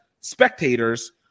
spectators